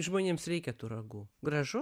žmonėms reikia tų ragų gražu